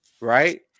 right